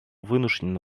вынуждена